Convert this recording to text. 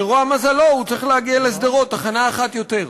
לרוע מזלו הוא צריך להגיע לשדרות, תחנה אחת יותר.